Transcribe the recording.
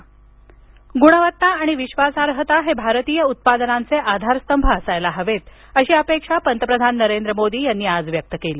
पंतप्रधान गुणवत्ता आणि विश्वासार्हता हे भारतीय उत्पादनांचे आधारस्तंभ असायला हवेत अशी अपेक्षा पंतप्रधान नरेंद्र मोदी यांनी आज व्यक्त केली